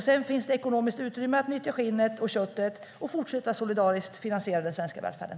Sedan finns det ekonomiskt utrymme att nyttja skinnet och köttet och fortsätta att solidariskt finansiera den svenska välfärden.